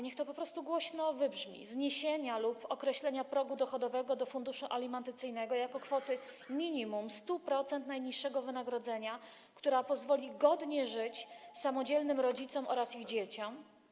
Niech to po prostu głośno wybrzmi: zniesienia progu dochodowego lub określenia progu dochodowego uprawniającego do funduszu alimentacyjnego jako kwoty minimum 100% najniższego wynagrodzenia, która pozwoli godnie żyć samodzielnym rodzicom oraz ich dzieciom.